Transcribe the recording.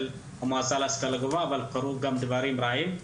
המועצה להשכלה גבוהה וגם את הדברים הרעים,